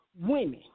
women